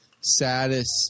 saddest